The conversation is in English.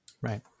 Right